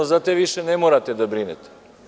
Za te više ne morate da brinete.